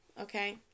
okay